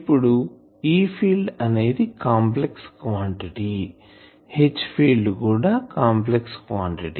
ఇప్పుడు E field అనేది complex quantity H field కూడా కాంప్లెక్స్ క్వాంటిటీ